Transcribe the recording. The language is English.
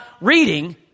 reading